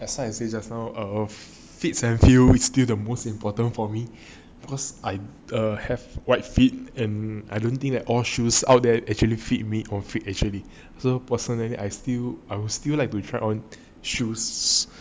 that's why I say just now err fits and few is still the most important for me because I'm err have white feet and I don't think that all shoes out there actually fit me or fit actually so personally I still I will still like to try on shoes